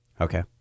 Okay